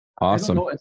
Awesome